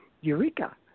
Eureka